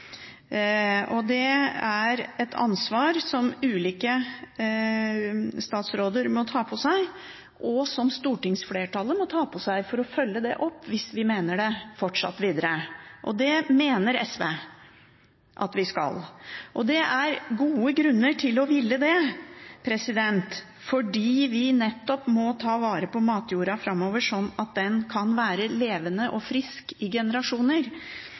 politikk. Det er et ansvar som ulike statsråder må ta på seg, og som stortingsflertallet må ta på seg for å følge det opp hvis vi mener det fortsatt. Og det mener SV at vi skal. Det er gode grunner til å ville det, fordi vi nettopp må ta vare på matjorda framover sånn at den kan være levende og frisk i generasjoner.